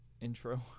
intro